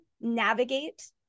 navigate